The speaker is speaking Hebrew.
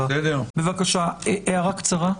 בבקשה, הערה קצרה.